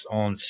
on